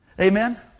amen